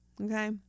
okay